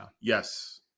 yes